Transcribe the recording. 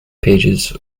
pages